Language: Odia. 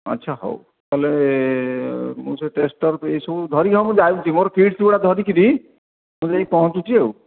ଆଚ୍ଛା ହଉ ତା'ହେଲେ ମୁଁ ସେଇ ଟେଷ୍ଟର୍ ଏସବୁ ଧରିକି ହଁ ମୁଁ ଯାଉଛି ମୋର କିଟ୍ସଗୁଡ଼ା ଧରିକିରି ମୁଁ ଯାଇ ପହଞ୍ଚୁଛି ଆଉ